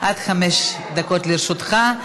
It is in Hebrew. עד חמש דקות לרשותך.